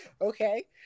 Okay